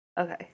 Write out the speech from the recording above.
Okay